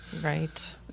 Right